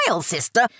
sister